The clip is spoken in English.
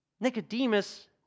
Nicodemus